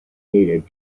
needed